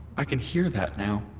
i can hear that now.